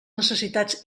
necessitats